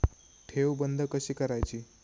ठेव बंद कशी करायची?